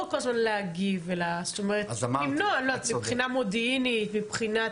הזמן להגיב אלא למנוע מבחינה מודיעינית.